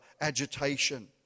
agitation